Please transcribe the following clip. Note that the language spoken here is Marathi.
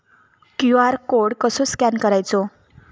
क्यू.आर कोड कसो स्कॅन करायचो?